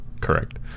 correct